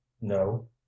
no